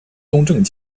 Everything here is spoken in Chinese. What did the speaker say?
东正教